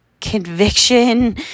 conviction